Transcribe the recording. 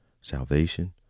salvation